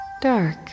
dark